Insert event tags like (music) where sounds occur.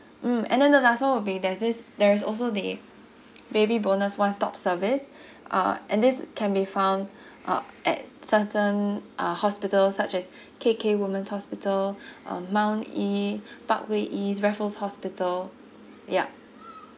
mm and then the last one will be there's this there's also the baby bonus one stop service (breath) uh and this can be found (breath) uh at certain uh hospital such as (breath) K K woman's hospital (breath) uh mount E (breath) parkway E raffles hospital yup